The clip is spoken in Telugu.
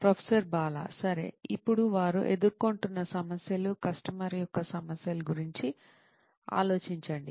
ప్రొఫెసర్ బాలా సరే ఇప్పుడు వారు ఎదుర్కొంటున్న సమస్యలు కస్టమర్ యొక్క సమస్యల గురించి ఆలోచించండి